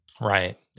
Right